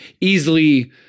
easily